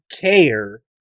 care